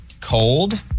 Cold